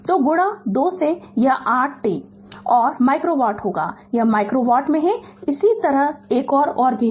तो गुणा 2 से यह 8 t माइक्रो वाट होगा यह माइक्रो वाट में है और इसी तरह एक और भी हैं